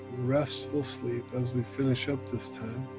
restful sleep as we finish up this time,